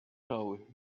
know